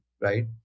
right